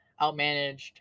outmanaged